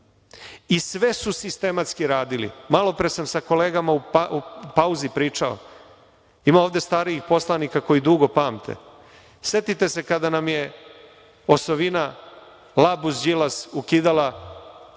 su sistematski radili. Malopre sam sa kolegama u pauzi pričao. Ima ovde starijih poslanika koji dugo pamte, setite se kada nam je osovina Labus-Đilas ukidala